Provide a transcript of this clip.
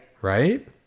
Right